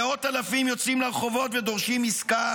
מאות אלפים יוצאים לרחובות ודורשים עסקה